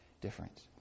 difference